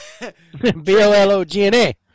B-O-L-O-G-N-A